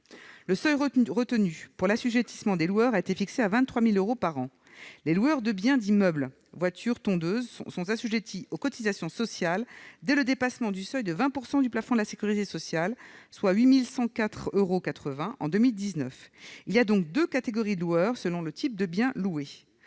Le seuil retenu pour l'assujettissement des loueurs a été fixé à 23 000 euros par an. Les loueurs de biens dits « meubles »- voitures, tondeuses -sont assujettis aux cotisations sociales dès le dépassement du seuil de 20 % du plafond de la sécurité sociale, soit 8 104,80 euros en 2019. Il y a donc deux catégories de loueurs, selon le type de bien loué.